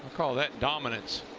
call that dominance.